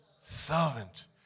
servant